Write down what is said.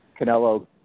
Canelo